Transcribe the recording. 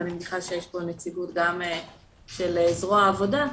ואני מניחה שיש פה נציגות גם של זרוע העבודה.